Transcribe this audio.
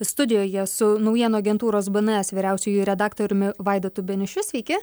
studijoje su naujienų agentūros bns vyriausiuoju redaktoriumi vaidotu beniušiu sveiki